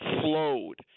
flowed